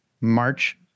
March